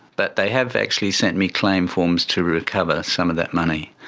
but they have actually sent me claim forms to recover some of that money.